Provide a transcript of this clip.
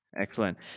Excellent